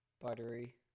buttery